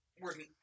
working